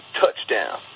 touchdown